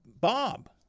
Bob